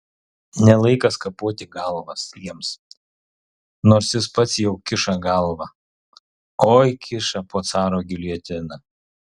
ne laikas kapoti galvas jiems nors jis pats jau kiša galvą oi kiša po caro giljotina